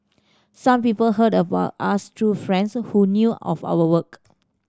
some people heard about us through friends who knew of our work